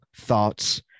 thoughts